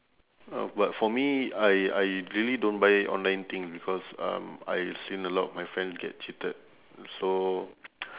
uh but for me I I really don't buy online things because um I seen a lot of my friends get cheated so